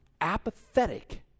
apathetic